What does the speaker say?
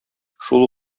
шул